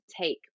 take